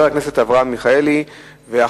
הצעות לסדר-היום שמספרן 3048 ו-3055.